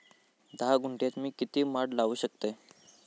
धा गुंठयात मी किती माड लावू शकतय?